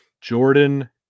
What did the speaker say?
Jordan